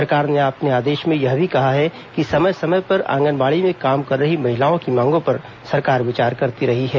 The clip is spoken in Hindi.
सरकार ने अपने आदेश में यह भी कहा है कि समय समय पर आंगनबाड़ी में काम कर रही महिलाओं की मांगों पर सरकार विचार करती रही है